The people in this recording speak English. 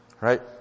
Right